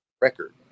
record